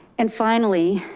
and finally,